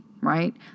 right